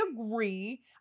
agree